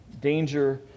danger